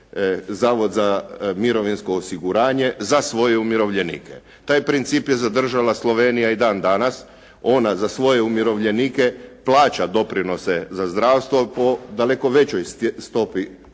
Zavod za mirovinsko osiguranje za svoje umirovljenike. Taj princip je zadržala Slovenija i dan danas. Ona za svoje umirovljenike plaća doprinose za zdravstvo po daleko većoj stopi